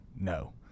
No